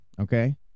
Okay